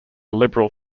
liberal